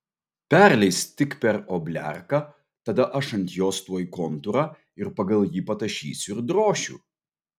perleisk tik per obliarką tada aš ant jos tuoj kontūrą ir pagal jį patašysiu ir drošiu